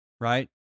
right